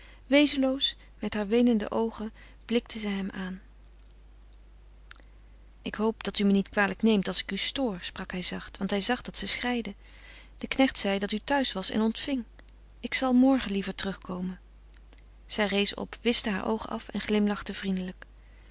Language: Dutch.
wezenloos met haar weenende oogen blikte zij hem aan ik hoop dat u het me niet kwalijk neemt als ik u stoor sprak hij zacht want hij zag dat ze schreide de knecht zeide dat u thuis was en ontving ik zal morgen liever terug komen zij rees op wischte haar oogen af en glimlachte vriendelijk